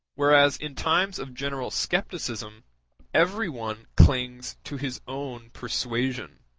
whereas in times of general scepticism everyone clings to his own persuasion.